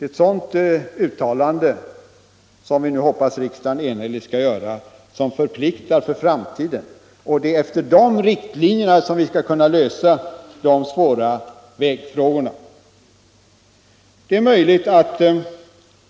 Ett sådant uttalande, som vi nu hoppas att riksdagen enhälligt skall göra, förpliktar för framtiden. Det är efter de riktlinjerna som vi skall kunna lösa de svåra vägfrågorna.